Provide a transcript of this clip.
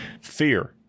Fear